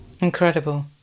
Incredible